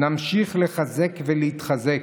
נמשיך לחזק ולהתחזק,